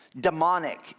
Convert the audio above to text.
demonic